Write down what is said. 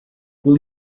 will